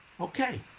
Okay